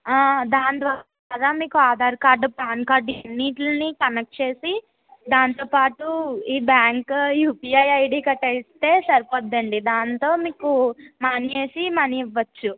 దాని ద్వారా మీకు ఆధార్ కార్డు పాన్ కార్డుని వీటిని కనెక్ట్ చేసి దానితో పాటు ఈ బ్యాంకు యూపీఐ ఐడి గట్రా ఇస్తే సరిపోతుందండి దానితో మీకు మనీ వేసి మనీ ఇవ్వచ్చు